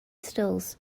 stills